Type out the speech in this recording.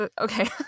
okay